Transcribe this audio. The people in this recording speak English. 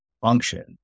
function